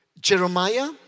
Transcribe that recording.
Jeremiah